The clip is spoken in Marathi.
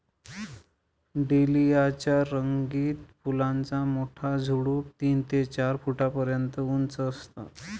डेलिया च्या रंगीत फुलांचा मोठा झुडूप तीन ते चार फुटापर्यंत उंच असतं